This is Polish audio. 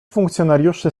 funkcjonariuszy